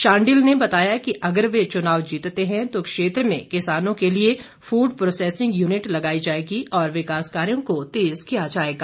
शांडिल ने बताया कि अगर वे चुनाव जीतते हैं तो क्षेत्र में किसानों के लिए फूड प्रोसैसिंग यूनिट लगाई जाएगी और विकास कार्यो को तेज किया जाएगा